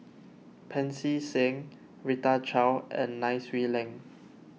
Pancy Seng Rita Chao and Nai Swee Leng